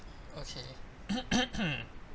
okay